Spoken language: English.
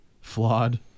flawed